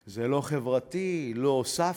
זה לא חברתי, לא הוספתם.